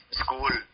school